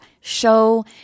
show